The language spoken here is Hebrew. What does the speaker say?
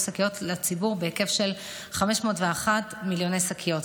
שקיות לציבור בהיקף של 501 מיליון שקיות.